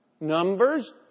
Numbers